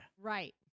Right